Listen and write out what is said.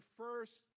first